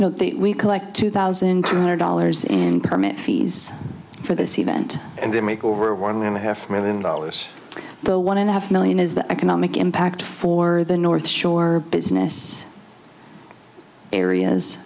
no we collect two thousand two hundred dollars in permit fees for this event and they make over one and a half million dollars though one and a half million is the economic impact for the north shore business areas